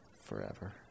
forever